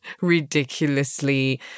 ridiculously